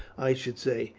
i should say,